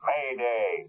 Mayday